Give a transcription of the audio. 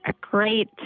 great